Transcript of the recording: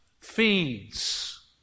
feeds